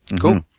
cool